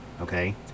Okay